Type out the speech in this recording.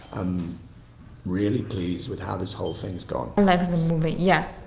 i'm really pleased with how this whole thing's gone. like the movie? yeah,